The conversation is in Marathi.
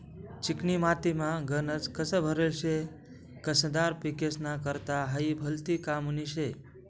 चिकनी मातीमा गनज कस भरेल शे, कसदार पिकेस्ना करता हायी भलती कामनी शे